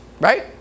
right